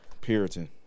Puritan